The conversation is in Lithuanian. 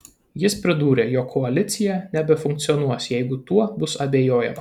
jis pridūrė jog koalicija nebefunkcionuos jeigu tuo bus abejojama